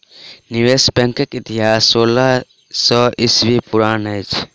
निवेश बैंकक इतिहास सोलह सौ ईस्वी पुरान अछि